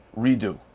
redo